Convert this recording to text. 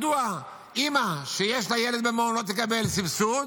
מדוע אימא שיש לה ילד במעון לא תקבל סבסוד,